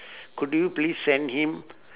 could you please send him